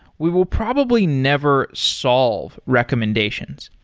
we will probably never solve recommendations.